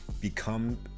become